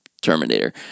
Terminator